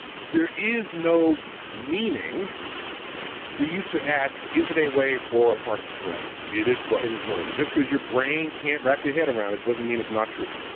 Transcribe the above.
there is no meaning for you to ask, is it a wave or a particle? it is but it is both, and just cause your brain can't wrap your head around it doesn't mean it's not true.